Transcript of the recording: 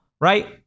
right